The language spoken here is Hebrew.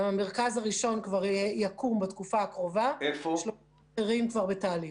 המרכז הראשון יקום כבר בתקופה הקרובה והאחרים בתהליך.